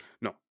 No